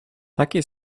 taki